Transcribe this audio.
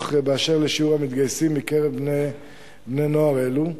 באשר לשיעור המתגייסים מקרב בני נוער אלו?